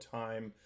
time